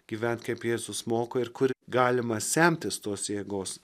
gyventi kaip jėzus moko ir kur galima semtis tos jėgos